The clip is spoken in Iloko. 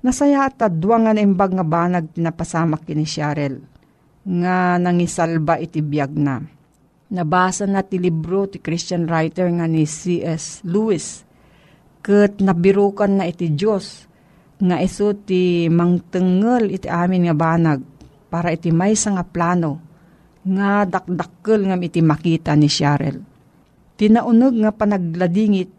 Nasaya at at duwa nga naimbag nga banag tinapasamak ti ni Cheryl, nga nangisalba iti biyag na. Nabasa na ti libro ti Christian writer nga ni C.S. Lewis. Kat nabirukan na iti Diyos, nga iso ti mangtengel iti amin nga banag, para iti maysa nga plano, nga dakdakkel ngam iti makita ni Cheryl. Tinaunog nga panagladingit